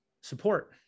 support